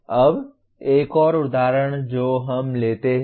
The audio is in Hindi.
अब एक और उदाहरण जो हम लेते हैं